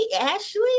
Ashley